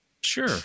sure